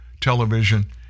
television